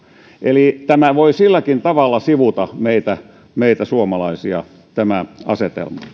eli tämä asetelma voi silläkin tavalla sivuta meitä meitä suomalaisia